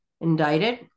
indicted